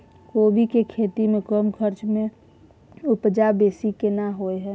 कोबी के खेती में कम खर्च में उपजा बेसी केना होय है?